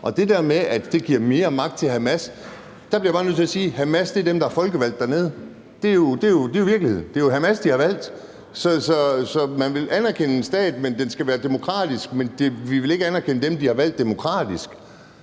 til det der med, at det giver mere magt til Hamas, bliver jeg bare nødt til at sige, at Hamas er dem, der er folkevalgte dernede. Det er jo virkeligheden. Det er jo Hamas, de har valgt. Så man vil anerkende en stat, men den skal være demokratisk, men man vil ikke anerkende dem, de har valgt demokratisk.